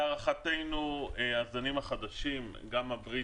להערכתנו הזנים החדשים, גם הבריטי,